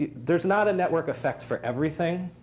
yeah there's not a network effect for everything.